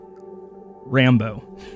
rambo